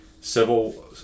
civil